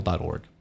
org